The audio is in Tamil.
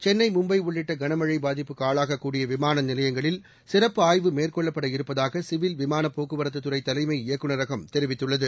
சென்னை மும்பை உள்ளிட்ட கனமழை பாதிப்புக்கு ஆளாகக்கூடிய விமான நிலையங்களில் சிறப்பு ஆய்வு மேற்கொள்ளப்படவிருப்பதாக சிவில் விமாள போக்குவரத்துத் துறை தலைமை இயக்குநரகம் தெரிவித்துள்ளது